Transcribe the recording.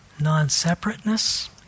non-separateness